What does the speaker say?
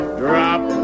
drop